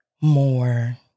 more